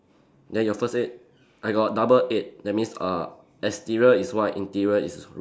then your first aid I got double aid that means uh exterior is white interior is red